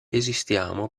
esistiamo